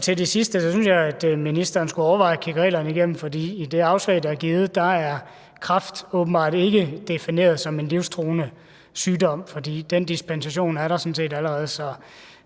Til det sidste vil jeg sige, at jeg synes, at ministeren skulle overveje at kigge reglerne nærmere igennem, for i det afslag, der er givet, er kræft åbenbart ikke defineret som en livstruende sygdom, for den dispensation er der sådan set allerede.